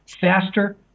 faster